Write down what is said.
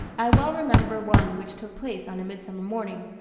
i well remember one which took place on a midsummer morning,